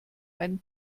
einen